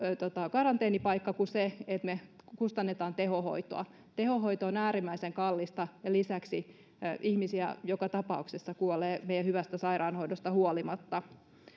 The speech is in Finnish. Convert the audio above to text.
karanteenipaikka kuin se että me kustannamme tehohoitoa tehohoito on äärimmäisen kallista ja lisäksi ihmisiä joka tapauksessa kuolee meidän hyvästä sairaanhoidostamme huolimatta